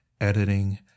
editing